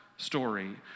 story